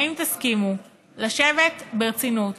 האם תסכימו לשבת ברצינות